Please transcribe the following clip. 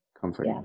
Comfort